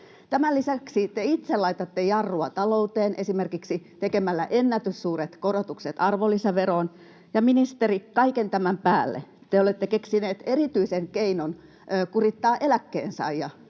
Tämän lisäksi te itse laitatte jarrua talouteen esimerkiksi tekemällä ennätyssuuret korotukset arvonlisäveroon, ja ministeri, kaiken tämän päälle te olette keksineet erityisen keinon kurittaa eläkkeensaajia